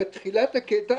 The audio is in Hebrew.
בתחילת הקטע